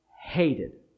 hated